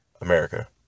America